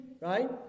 right